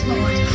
Lord